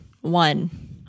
one